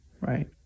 right